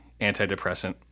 antidepressant